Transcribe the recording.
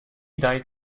died